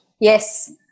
Yes